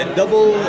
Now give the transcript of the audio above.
double